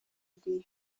dieu